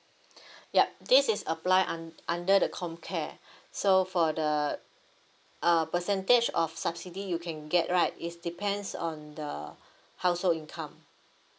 yup this is apply un~ under the comcare so for the uh percentage of subsidy you can get right is depends on the household income